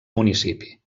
municipi